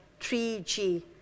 3G